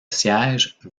siège